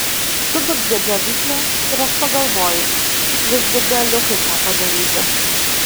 suburzgia džiovyklė ir aš pagalvoju kad visgi galiu kai ką padaryti